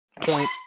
point